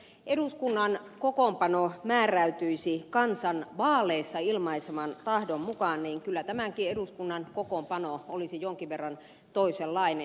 jos eduskunnan kokoonpano määräytyisi kansan vaaleissa ilmaiseman tahdon mukaan niin kyllä tämänkin eduskunnan kokoonpano olisi jonkin verran toisenlainen